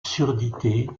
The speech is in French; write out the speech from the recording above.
surdité